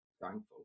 thankful